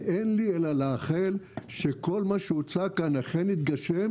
ואין לי אלא לאחל שכל מה שהוצג כאן אכן יתגשם,